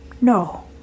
No